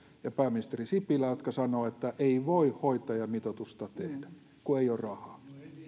ja pääministeri sipilä jotka sanovat että ei voi hoitajamitoitusta tehdä kun ei ole rahaa